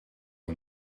een